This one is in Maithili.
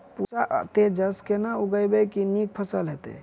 पूसा तेजस केना उगैबे की नीक फसल हेतइ?